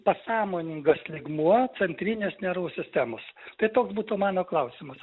pasąmoningas lygmuo centrinės nervų sistemos tai toks būtų mano klausimus